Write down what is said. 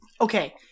Okay